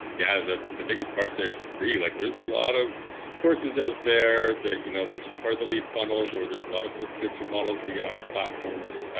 yeah the the biggest part there is it's free. like there's a lot of courses out there that you know they're just part of the lead funnels or there's a lot of subscription models to get onto platforms,